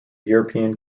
european